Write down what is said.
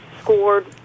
scored